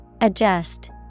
Adjust